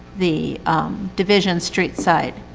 the division street side.